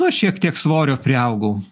nu šiek tiek svorio priaugau